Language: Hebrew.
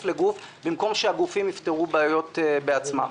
לגוף במקום שהגופים יפתרו בעיות בעצמם.